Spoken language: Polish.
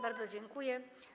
Bardzo dziękuję.